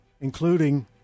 including